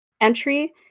entry